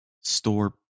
store